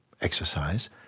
exercise